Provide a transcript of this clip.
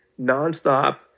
nonstop